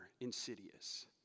insidious